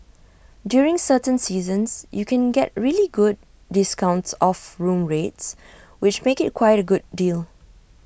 during certain seasons you can get really good discounts off room rates which make IT quite A good deal